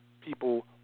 people